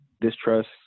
distrust